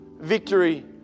Victory